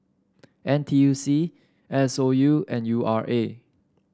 N T U C S O U and U R A